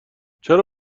چرا